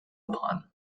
upon